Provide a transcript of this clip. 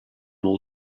all